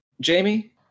Jamie